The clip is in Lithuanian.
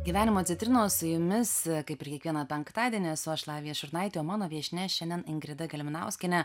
gyvenimo citrinos su jumis kaip ir kiekvieną penktadienį esu aš lavija šurnaitė o mano viešnia šiandien ingrida gelminauskienė